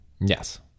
Yes